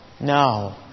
No